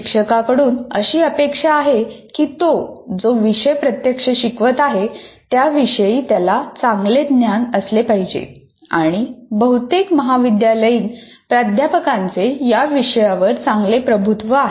शिक्षकाकडून अशी अपेक्षा आहे की तो जो विषय प्रत्यक्ष शिकवत आहे त्या विषयी त्याला चांगले ज्ञान असले पाहिजे आणि बहुतेक महाविद्यालयीन प्राध्यापकांचे या विषयावर चांगले प्रभुत्व आहे